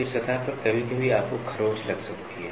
फिर सतह पर कभी कभी आपको खरोंच लग सकती है